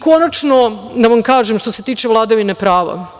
Konačno da vam kažem što se tiče vladavine prava.